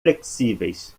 flexíveis